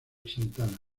santana